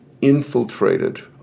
infiltrated